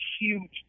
huge